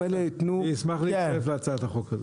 אשמח להצטרף להצעת החוק הזאת.